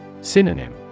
Synonym